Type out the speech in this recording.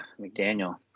mcdaniel